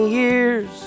years